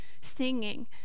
singing